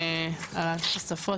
על התוספות,